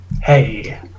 Hey